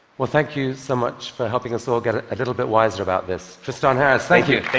well, thank you so much for helping us all get a little bit wiser about this. tristan harris, thank you.